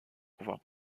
pouvoir